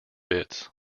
bits